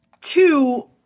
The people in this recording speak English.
two